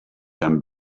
them